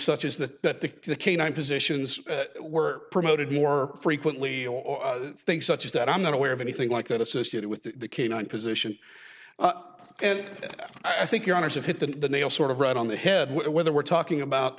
such as that the canine positions were promoted more frequently or things such as that i'm not aware of anything like that associated with the canine position and i think your owners have hit the nail sort of right on the head whether we're talking about